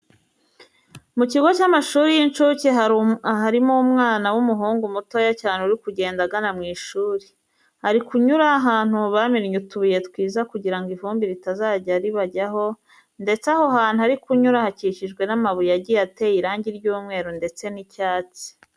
Mu kigo cy'amashuri y'inshuke harimo umwana w'umuhungu mutoya cyane uri kugenda agana mu ishuri. Ari kunyura ahantu bamennye utubuye twiza kugira ngo ivumbi ritazajya ribajyaho ndetse aho hantu ari kunyura hakikijwe n'amabuye agiye ateye irangi ry'umweru ndetse n'icyatsi.